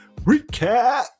Recap